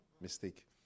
mistake